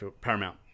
Paramount